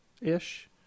ish